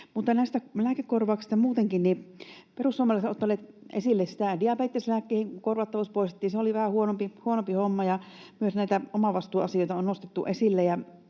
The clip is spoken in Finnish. lääkekorvauksista muutenkin: Perussuomalaiset ovat ottaneet esille sitä, että kun diabeteslääkkeiden korvattavuus poistettiin, se oli vähän huonompi homma. Myös omavastuuasioita on nostettu esille.